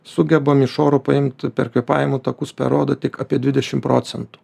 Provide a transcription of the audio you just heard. sugebam iš oro paimti per kvėpavimo takus per odą tik apie dvidešim procentų